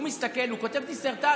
הוא מסתכל והוא כותב דיסרטציות.